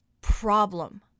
problem